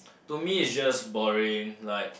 to me it's just boring like